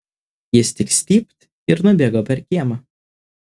jis tik stypt ir nubėgo per kiemą